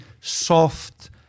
soft